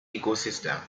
ecosystem